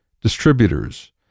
distributors